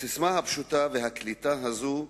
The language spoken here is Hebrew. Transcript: הססמה הפשוטה והקליטה הזאת,